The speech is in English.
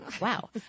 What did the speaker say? Wow